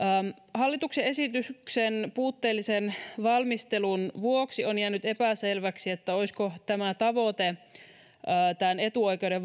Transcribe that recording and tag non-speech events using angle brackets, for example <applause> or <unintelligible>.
hallituksen esityksen puutteellisen valmistelun vuoksi on jäänyt epäselväksi olisiko tämä tavoite etuoikeuden <unintelligible>